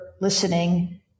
listening